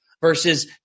versus